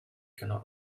cannot